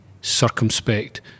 circumspect